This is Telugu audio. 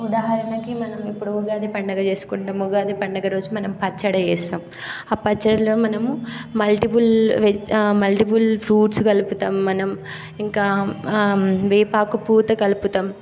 ఉదాహరణకి మనం ఇప్పుడు ఉగాది పండగ చేసుకుంటాము ఉగాది పండగ రోజు మనం పచ్చడి చేస్తాము ఆ పచ్చడిలో మనము మల్టిపుల్ ఆ మల్టిపుల్ ఫ్రూట్స్ కలుపుతాము మనం ఇంకా ఆ వేపాకు పూత కలుపుతాము